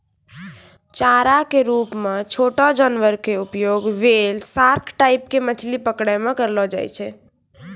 चारा के रूप मॅ छोटो जानवर के उपयोग व्हेल, सार्क टाइप के मछली पकड़ै मॅ करलो जाय छै